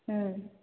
ହୁଁ